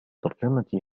ترجمة